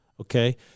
Okay